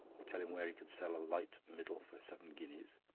or tell him where he could sell a light middle for seven guineas?